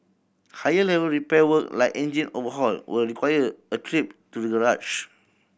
higher level repair work like engine overhaul will require a trip to the garage